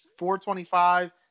425